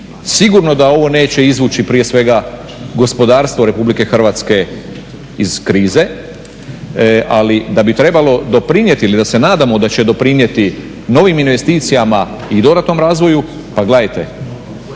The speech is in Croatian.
Sigurno da ovo neće izvući prije svega gospodarstvo Republike Hrvatske iz krize, ali da bi trebalo doprinijeti ili da se nadamo da će doprinijeti novim investicijama i dodatnom razvoju. Pa gledajte,